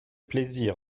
plaisir